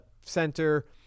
center